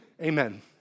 Amen